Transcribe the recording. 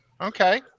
Okay